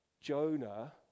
Jonah